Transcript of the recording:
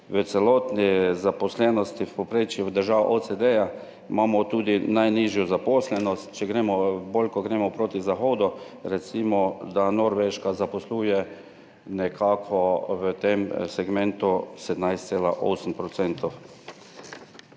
v celotni zaposlenosti pod povprečjem držav OECD, imamo tudi najnižjo zaposlenost, bolj, ko gremo proti zahodu, recimo, da Norveška zaposluje nekako v tem segmentu 17,8